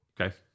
okay